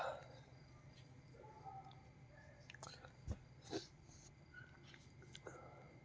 ವೇಗದ ಆರ್ಥಿಕ ಬೆಳವಣಿಗೆ ಬೆಲೆಯ ಒತ್ತಡ ಹೆಚ್ಚಿನ ಇಳುವರಿಗೆ ಒಡ್ಡಿಕೊಳ್ಳೊ ಸ್ವತ್ತಗಳು ರಿಫ್ಲ್ಯಾಶನರಿ ಟ್ರೇಡಗಳು ಒಳಗೊಂಡಿರ್ತವ